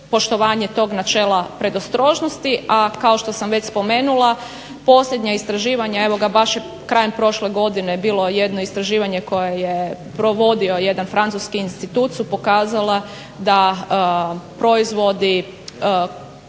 poštovanje tog načela predostrožnosti. A kao što sam već spomenula posljednja istraživanja, evo baš je krajem prošle godine bilo jedno istraživanje koje je provodio jedan francuski institut su pokazala da proizvodi koji